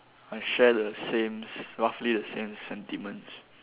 I share the same roughly the same sentiments